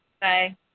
Bye